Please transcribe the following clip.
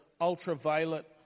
ultraviolet